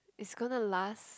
it's gonna last